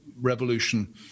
revolution